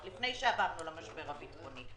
עוד לפני שעברנו למשבר הביטחוני.